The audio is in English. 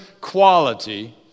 quality